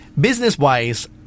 Business-wise